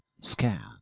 scan